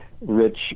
rich